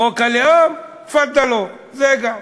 חוק הלאום, תפאדלו, זה גם.